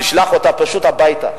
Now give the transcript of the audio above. נשלח אותה פשוט הביתה.